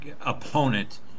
opponent